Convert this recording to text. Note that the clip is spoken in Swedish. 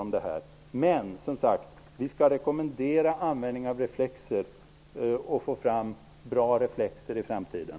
Men vi skall som sagt rekommendera användningen av reflexer, och vi skall försöka få fram bra reflexer i framtiden.